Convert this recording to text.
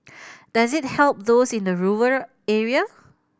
does it help those in the rural area